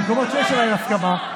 במקומות שיש עליהם הסכמה,